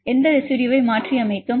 எந்த ரெசிடுயுவைமாற்றி யமைத்தோம்